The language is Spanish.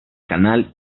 canal